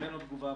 ממנו תגובה,